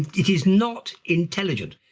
it is not intelligent.